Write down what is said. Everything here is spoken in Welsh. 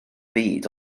byd